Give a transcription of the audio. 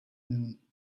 noon